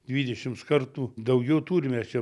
dvidešims kartų daugiau turime čia